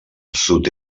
sud